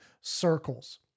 circles